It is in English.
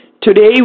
Today